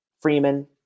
Freeman